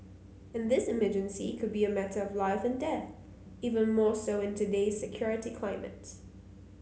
and this emergency could be a matter of life and death even more so in today's security climate